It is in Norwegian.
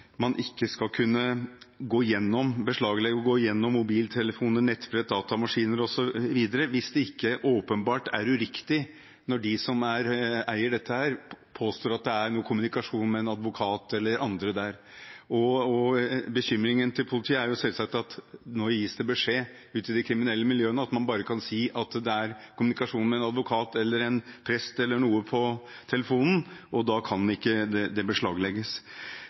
man ikke skal kunne beslaglegge og gå igjennom mobiltelefoner, nettbrett, datamaskiner osv. hvis det ikke åpenbart er uriktig når de som eier dette, påstår at det er en kommunikasjon med en advokat eller andre der. Bekymringen til politiet er selvsagt at nå gis det beskjed ut til de kriminelle miljøene om at man bare kan si at det er kommunikasjon med f.eks. en advokat eller en prest på telefonen, og da kan ikke det beslaglegges. Dette har skapt stor usikkerhet i politiet når det